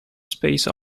space